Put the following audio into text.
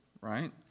right